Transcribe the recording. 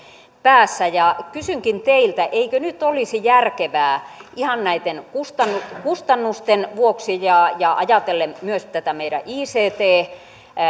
päässä kysynkin teiltä eikö nyt olisi järkevää ihan näitten kustannusten kustannusten vuoksi ja ja ajatellen myös näitä meidän ict